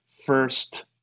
first